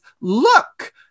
look